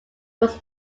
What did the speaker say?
was